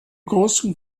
großen